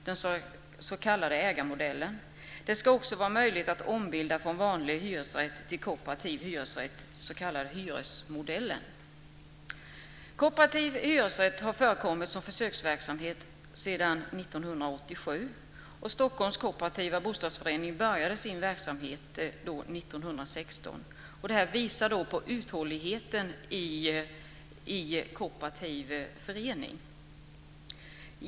Det ska också vara möjligt att ombilda från vanlig hyresrätt till kooperativ hyresrätt, den s.k. hyresmodellen. Kooperativ hyresrätt har förekommit som försöksverksamhet sedan 1987. Stockholms Kooperativa Bostadsförening började sin verksamhet 1916. Det visar på uthålligheten i kooperativ förening.